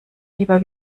lieber